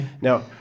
Now